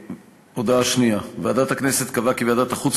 הודעה שנייה: ועדת הכנסת קבעה כי ועדת החוץ